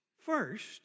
first